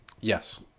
Yes